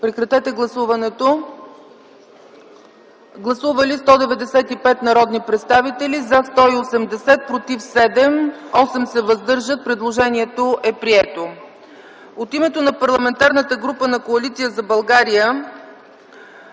да гласуваме. Гласували 195 народни представители: за 180, против 7, въздържали се 8. Предложението е прието. От името на Парламентарната група на Коалиция за България